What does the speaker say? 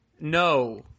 No